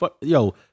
Yo